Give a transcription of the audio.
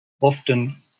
often